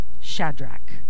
Shadrach